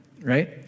right